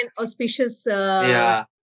auspicious